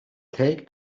take